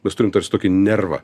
mes turim tarsi tokį nervą